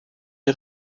est